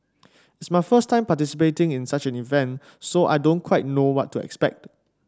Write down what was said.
it's my first time participating in such an event so I don't quite know what to expect